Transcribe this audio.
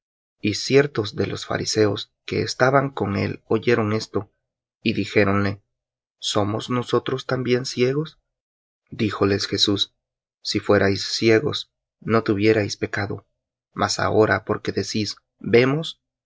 y de los fariseos que estaban con él oyeron esto y dijéronle somos nosotros también ciegos díjoles jesús si fuerais ciegos no tuvierais pecado mas ahora porque decís vemos